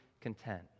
content